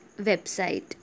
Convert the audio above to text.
website